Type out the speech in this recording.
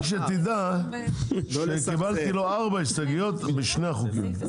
רק שתדע, קיבלתי ממנו 4 הסתייגויות בשני החוקים.